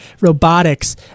robotics